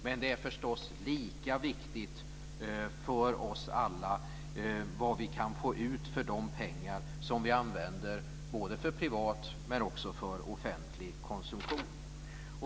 Men det är förstås lika viktigt för oss alla vad vi kan få ut för de pengar som vi använder både för privat och för offentlig konsumtion.